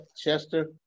Chester